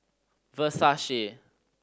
versace